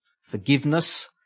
forgiveness